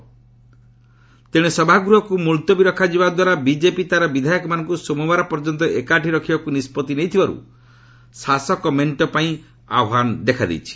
ଡେଣେ ସଭାଗୃହକୁ ମୁଲତବୀ ରଖାଯିବାଦ୍ୱାରା ବିଜେପି ତା'ର ବିଧାୟକମାନଙ୍କୁ ସୋମବାର ପର୍ଯ୍ୟନ୍ତ ଏକାଠି ରଖିବାକୁ ନିଷ୍କଭି ନେଇଥିବାରୁ ଶାସକ ମେଣ୍ଟ ପାଇଁ ଆହ୍ୱାନ ସୃଷ୍ଟି ହୋଇଛି